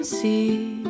See